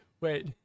Wait